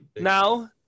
now